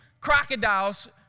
crocodiles